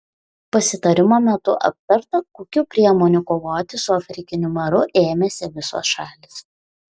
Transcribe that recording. pasitarimo metu aptarta kokių priemonių kovoti su afrikiniu maru ėmėsi visos šalys